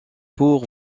pour